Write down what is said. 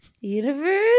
universe